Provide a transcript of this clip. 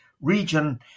region